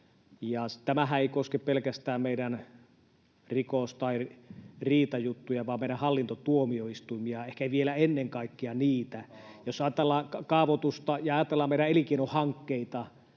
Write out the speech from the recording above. Tämähän ei koske pelkästään meidän rikos- tai riitajuttuja, vaan meidän hallintotuomioistuimia, ehkä vielä ennen kaikkea niitä. [Eduskunnasta: Kaavoitus!] Jos ajatellaan kaavoitusta ja ajatellaan meidän elinkeinohankkeita,